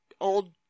old